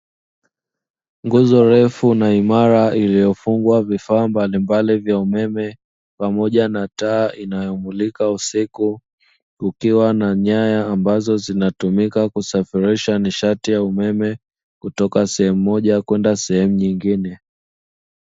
Nguzo refu na imara iliyofungwa vifaa mbalimbali vya umeme pamoja na taa inayomulika usiku kukiwa na nyaya, ambazo zinatumika kusafirisha nishati ya umeme kutoka sehemu moja kwenda sehemu nyingine.